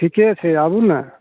ठीके छै आबू ने